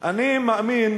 אני מאמין